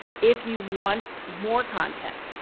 if you want more content,